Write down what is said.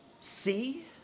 See